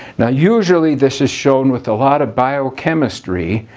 now usually this is shown with a lot of biochemistry,